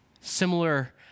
Similar